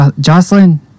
Jocelyn